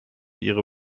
ihre